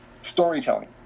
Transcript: storytelling